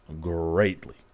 greatly